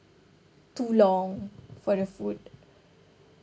too long for the food